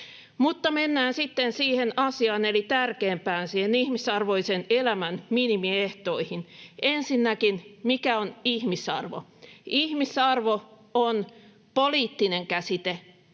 Mutta mennään sitten siihen asiaan, eli tärkeimpään, sen ihmisarvoisen elämän minimiehtoihin. Ensinnäkin, mikä on ihmisarvo? Ihmisarvo on poliittinen käsite,